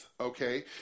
Okay